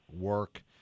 work